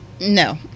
No